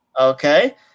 Okay